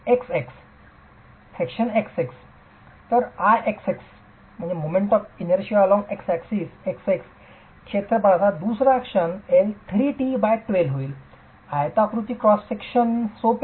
X X IXX क्षेत्रफळाचा दुसरा क्षण एल 3t12 होईल आयताकृती क्रॉस सेक्शन सोपे